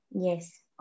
Yes